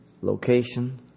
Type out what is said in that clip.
Location